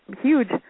huge